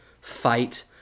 Fight